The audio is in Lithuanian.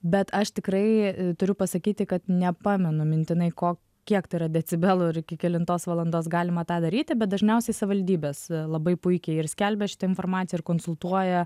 bet aš tikrai turiu pasakyti kad nepamenu mintinai ko kiek tai yra decibelų ir iki kelintos valandos galima tą daryti bet dažniausiai savivaldybės labai puikiai ir skelbia šitą informaciją ir konsultuoja